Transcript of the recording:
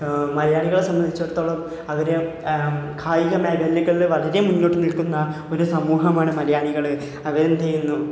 മലയാളികളെ സംബന്ധിച്ചെടുത്തോളം അവർ കായിക മേഖലകളിൽ വളരെ മുന്നോട്ട് നിൽക്കുന്ന ഒരു സമൂഹമാണ് മലയാളികൾ അവർ എന്ത് ചെയ്യുന്നു